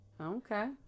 Okay